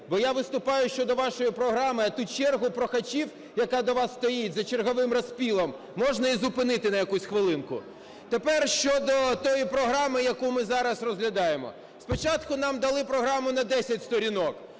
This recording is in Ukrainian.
бо я виступаю щодо вашої програми. А ту чергу прохачів, яка до вас стоїть за черговим "розпилом", можна і зупинити на якусь хвилинку. Тепер щодо тієї програми, яку ми зараз розглядаємо. Спочатку нам дали програму на 10 сторінок,